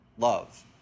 love